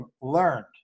learned